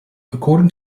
according